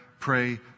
pray